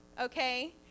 okay